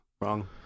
Wrong